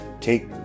take